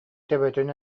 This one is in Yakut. төбөтүн